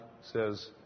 says